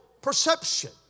perception